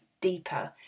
deeper